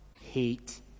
hate